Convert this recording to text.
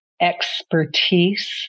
expertise